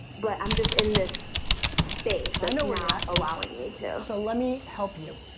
but i'm just in this space that's not allowing me to. so let me help you.